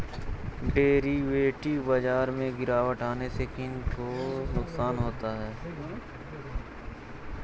Derivative बाजार में गिरावट आने से किन को नुकसान होता है?